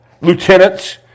lieutenants